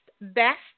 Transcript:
best